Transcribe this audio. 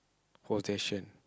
possession